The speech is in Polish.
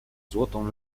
złotą